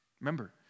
Remember